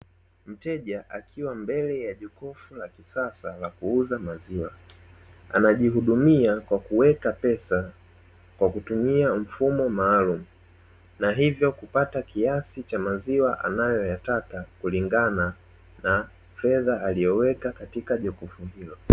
Mteja akiwa mbele ya jokofu la kisasa la kuuza maziwa anajihudumia kwa kuweka pesa kwa kutumia mfumo maalumu na hivyo kupata kiasi cha maziwa anayoyataka, kulingana na fedha aliyoweka katika jokofu hilo.